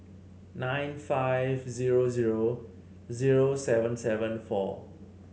nine five zero zero zero seven seven four